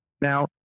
Now